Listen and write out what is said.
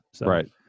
Right